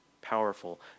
powerful